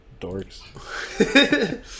Dorks